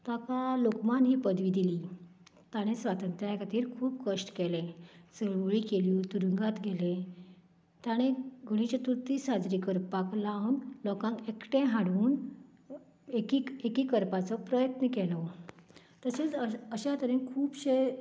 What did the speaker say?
ताका लोकमान्य ही पदवी दिली ताणें स्वातंत्र्या खातीर खूब कश्ट केलें चळवळी केल्यो तुरुंगात गेले ताणे गणेश चतुर्थी साजरो करपाक लावन लोकांक एकठांय हाडून एकिक एकीक करपाचो प्रयत्न केलो तशेंच अश अश्या तरेन खूबशें